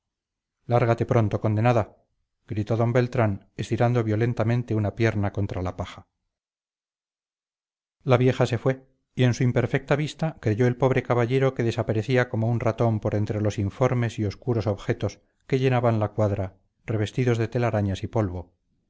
lárgate pronto condenada gritó don beltrán estirando violentamente una pierna contra la paja la vieja se fue y en su imperfecta vista creyó el pobre caballero que desaparecía como un ratón por entre los informes y obscuros objetos que llenaban la cuadra revestidos de telarañas y polvo